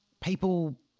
people